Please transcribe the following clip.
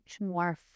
more